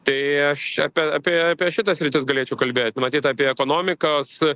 tai aš čia apie apie šitas sritis galėčiau kalbėt matyt apie ekonomikos